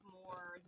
more